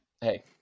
hey